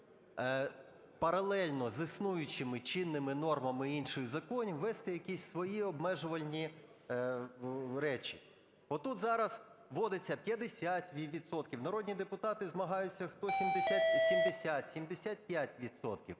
паралельно з існуючими чинними нормами інших законів ввести якісь свої обмежувальні речі. Отут зараз вводиться 50 відсотків. Народні депутати змагаються, хто –70, 75 відсотків.